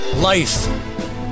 Life